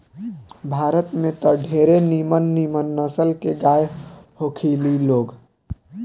भारत में त ढेरे निमन निमन नसल के गाय होखे ली लोग